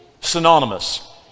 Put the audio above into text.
synonymous